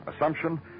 Assumption